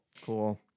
Cool